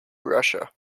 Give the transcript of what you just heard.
russia